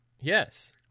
Yes